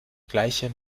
gleichem